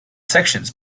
sections